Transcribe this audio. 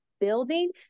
building